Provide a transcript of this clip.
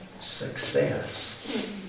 success